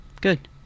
Good